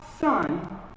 son